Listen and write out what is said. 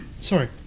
Sorry